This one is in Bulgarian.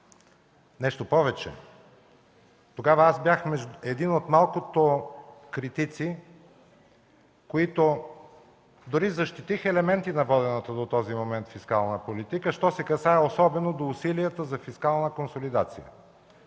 Нещо повече, тогава аз бях от малкото критици, дори защитих елементи на водената до този момент фискална политика, що се касае особено до усилията за фискална консолидация.